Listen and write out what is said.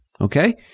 Okay